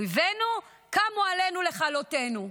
אויבינו קמו עלינו לכלותנו.